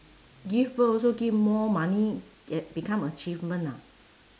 give birth also give more money become achievement ah